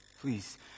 please